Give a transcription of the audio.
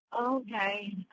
Okay